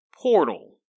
Portal